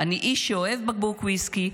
אני איש שאוהב בקבוק ויסקי,